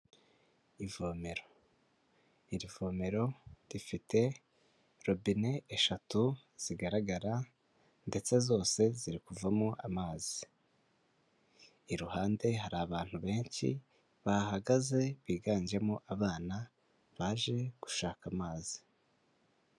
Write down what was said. Ivomero, iri vomero rifite robine eshatu zigaragara ndetse zose ziri kuvamo amazi, iruhande hari abantu benshi bahahagaze biganjemo abana baje gushaka amazi.